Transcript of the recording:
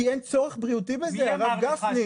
כי אין צורך בריאותי בזה, הרב גפני.